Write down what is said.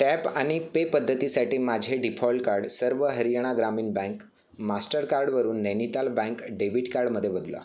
tap आणि pay पद्धतीसाठी माझे डिफॉल्ट कार्ड सर्व हरियाणा ग्रामीण बँक मास्टरकार्डवरून नैनिताल बँक डेबिट कार्डमध्ये बदला